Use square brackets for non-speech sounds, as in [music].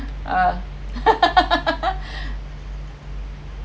[laughs]